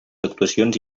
actuacions